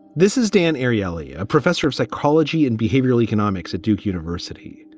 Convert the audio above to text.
this is dan ariely, a professor of psychology and behavioral economics at duke university.